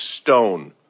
stone